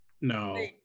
No